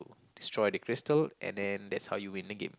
destroy the crystal and then that's how you win the game